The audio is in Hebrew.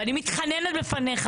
ואני מתחננת בפניך